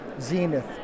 Zenith